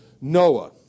Noah